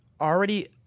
already